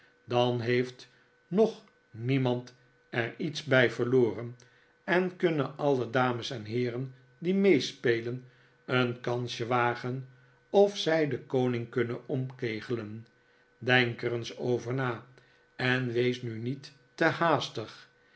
dan heeft nog niemand er iets bij verloren en kunnen aide dames en heeren die meespelen een kansje wagen of zij den koning kunnen omkegelen denk er eens over na en wees nu niet te haastig